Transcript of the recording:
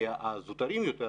כי הזוטרים יותר,